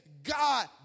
God